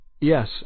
Yes